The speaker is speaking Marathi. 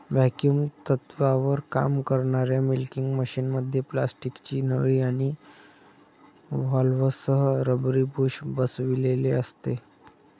व्हॅक्युम तत्त्वावर काम करणाऱ्या मिल्किंग मशिनमध्ये प्लास्टिकची नळी आणि व्हॉल्व्हसह रबरी बुश बसविलेले असते